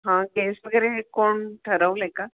हां गेस वगैरे कोण ठरवले का